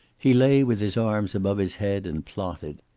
he lay with his arms above his head, and plotted.